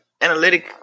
analytic